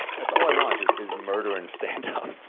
that's all i watch is is murder and standup.